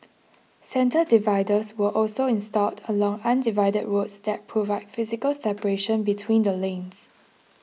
centre dividers were also installed along undivided roads that provide physical separation between the lanes